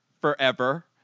forever